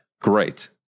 Great